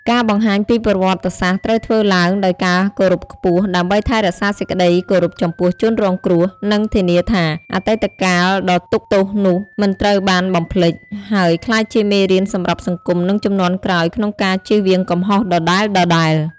ការបង្ហាញពីប្រវត្តិសាស្ត្រត្រូវធ្វើឡើងដោយការគោរពខ្ពស់ ដើម្បីថែរក្សាសេចក្តីគោរពចំពោះជនរងគ្រោះ និងធានាថា អតីតកាលដ៏ទុក្ខទោសនោះមិនត្រូវបានបំភ្លេច ហើយក្លាយជាមេរៀនសម្រាប់សង្គមនិងជំនាន់ក្រោយក្នុងការជៀសវាងកំហុសដដែលៗ។